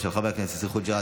של חבר הכנסת יאסר חוג'יראת,